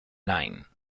line